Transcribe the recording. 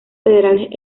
federales